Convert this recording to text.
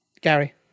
Gary